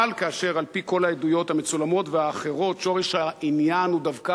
אבל כאשר על-פי כל העדויות המצולמות והאחרות שורש העניין הוא דווקא